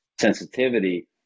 sensitivity